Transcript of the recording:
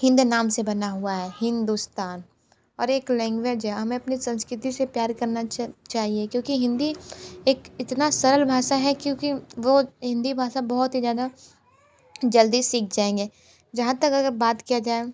हिंद नाम से बना हुआ है हिंदुस्तान और एक लैंग्वेज है हमें अपनी संस्कृति से प्यार करना चाहिए क्योंकि हिंदी इतना सरल भाषा है क्योंकि वो हिंदी भाषा बहुत ही ज़्यादा जल्दी सीख जाएंगे जहाँ तक अगर बात किया जाए